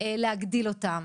להגדיל אותם